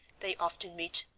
they often meet,